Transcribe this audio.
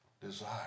Desire